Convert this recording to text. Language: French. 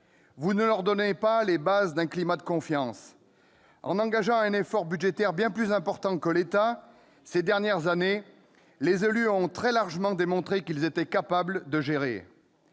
Vous ne leur donnez pas les bases d'un climat de confiance. En engageant un effort budgétaire bien plus important que l'État ces dernières années, les élus ont très largement démontré qu'ils étaient capables de gérer.